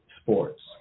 sports